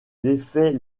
défait